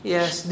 Yes